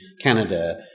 Canada